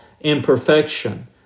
imperfection